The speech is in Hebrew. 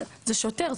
זה שוטר,